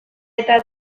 eta